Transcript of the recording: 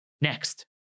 Next